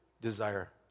desire